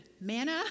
manna